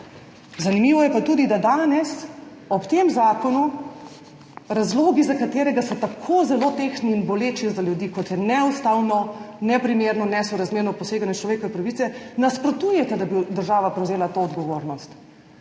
Zanimivo je pa tudi, da danes ob tem zakonu zaradi razlogov, ki so tako zelo tehtni in boleči za ljudi, kot je neustavno, neprimerno, nesorazmerno poseganje v človekove pravice, nasprotujete, da bi država prevzela to odgovornost.